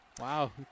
Wow